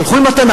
תלכו עם התנ"ך,